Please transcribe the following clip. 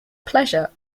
pleasure